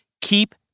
Keep